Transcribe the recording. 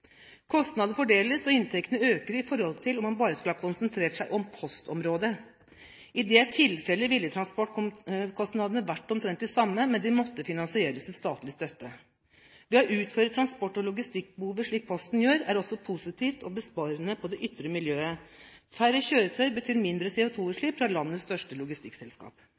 Kostnadene fordeles og inntektene øker i forhold til om man bare skulle ha konsentrert seg om postområdet. I det tilfellet ville transportkostnadene vært omtrent de samme, men de ville måtte finansieres ved statlig støtte. Å utføre transport- og logistikkbehovet slik Posten gjør, er også positivt og besparende på det ytre miljøet. Færre kjøretøy betyr mindre CO2-utslipp fra landets største logistikkselskap.